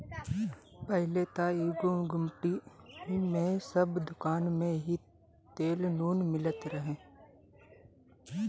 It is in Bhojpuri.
पहिले त एगो गुमटी जइसन दुकानी में ही सब तेल नून मिलत रहे